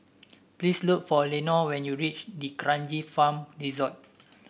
please look for Lenore when you reach D'Kranji Farm Resort